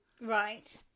Right